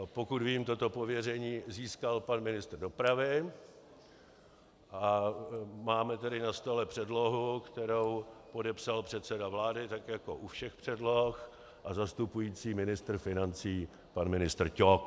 Pokud vím, toto pověření získal pan ministr dopravy a máme na stole předlohu, kterou podepsal předseda vlády, tak jako u všech předloh, a zastupující ministr financí pan ministr Ťok.